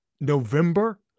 November